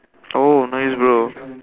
oh nice bro